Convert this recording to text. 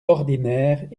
ordinaire